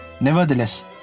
Nevertheless